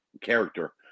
character